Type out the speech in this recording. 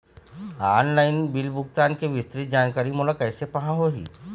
Online bill भुगतान के विस्तृत जानकारी मोला कैसे पाहां होही?